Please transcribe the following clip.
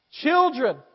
children